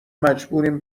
مجبوریم